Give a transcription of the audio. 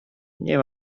nie